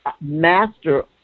master